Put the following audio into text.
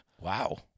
wow